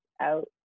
out